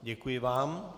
Děkuji vám.